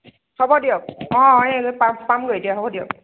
হ'ব দিয়ক অ এই পা পামগৈ এতিয়া হ'ব দিয়ক